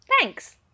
thanks